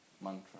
mantra